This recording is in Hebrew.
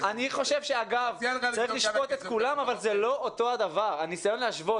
אני לא יודעת אם יושב פה